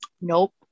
Nope